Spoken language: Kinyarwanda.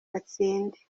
batsinde